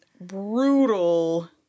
brutal